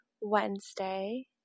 Wednesday